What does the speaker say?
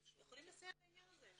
יכולים לסייע בעניין הזה.